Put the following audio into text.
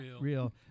real